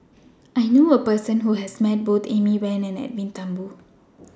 I knew A Person Who has Met Both Amy Van and Edwin Thumboo